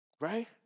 Right